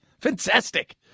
Fantastic